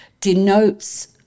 denotes